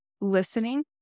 listening